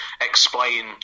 explain